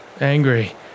Angry